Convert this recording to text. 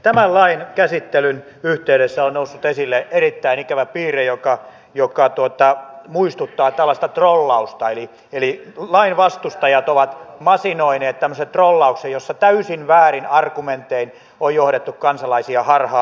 tämän lain käsittelyn yhteydessä on noussut esille erittäin ikävä piirre joka muistuttaa tällaista trollausta eli lain vastustajat ovat masinoineet tämmöisen trollauksen jossa täysin väärin argumentein on johdettu kansalaisia harhaan